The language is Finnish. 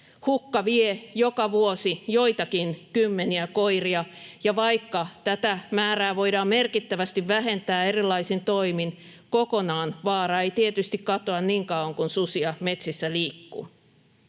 Hukka vie joka vuosi joitakin kymmeniä koiria, ja vaikka tätä määrää voidaan merkittävästi vähentää erilaisin toimin, kokonaan vaara ei tietysti katoa niin kauan kuin susia metsissä liikkuu.